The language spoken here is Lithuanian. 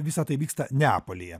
visa tai vyksta neapolyje